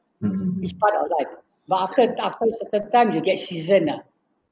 it's part our life but after tough point certain time you get seasoned ah